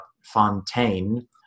Fontaine